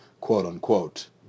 quote-unquote